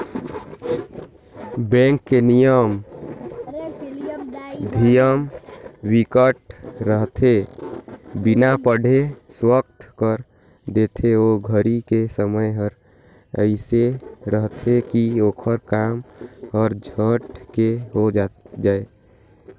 bank के नियम धियम बिकट रहिथे बिना पढ़े दस्खत कर देथे ओ घरी के समय हर एइसे रहथे की ओखर काम हर झट ले हो जाये